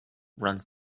runs